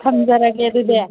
ꯊꯝꯖꯔꯒꯦ ꯑꯗꯨꯗꯤ